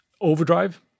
overdrive